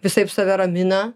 visaip save ramina